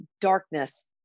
darkness